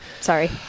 Sorry